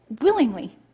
willingly